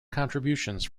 contributions